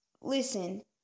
listen